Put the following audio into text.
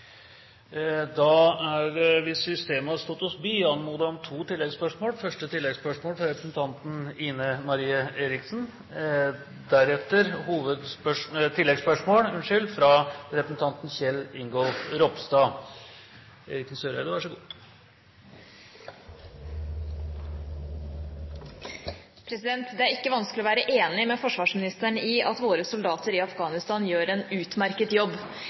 Hvis systemet har stått oss bi, er det anmodet om to oppfølgingsspørsmål – først Ine M. Eriksen Søreide. Det er ikke vanskelig å være enig med forsvarsministeren i at våre soldater i Afghanistan gjør en utmerket jobb.